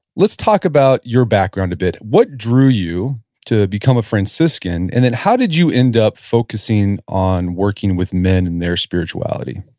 let's talk about your background a bit. what drew you to become a franciscan, and then how did you end up focusing on working with men and their spirituality?